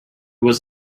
was